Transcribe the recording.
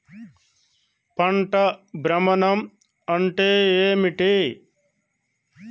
పంట భ్రమణం అంటే ఏంటి?